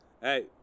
Hey